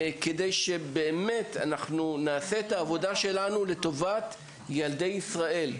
כדי שבאמת נעשה את העבודה שלנו לטובת ילדי ישראל.